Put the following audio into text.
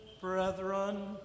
Brethren